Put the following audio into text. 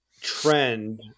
trend